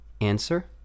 answer